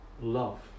love